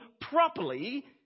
properly